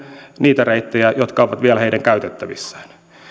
niitä reittejä jotka ovat vielä heidän käytettävissään